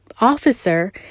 officer